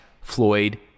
floyd